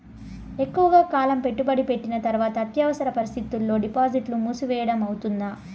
ఎక్కువగా కాలం పెట్టుబడి పెట్టిన తర్వాత అత్యవసర పరిస్థితుల్లో డిపాజిట్లు మూసివేయడం అవుతుందా?